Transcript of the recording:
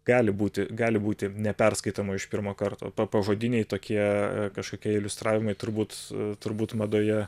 gali būti gali būti neperskaitoma iš pirmo karto pa pažodiniai tokie kažkokie iliustravimai turbūt turbūt madoje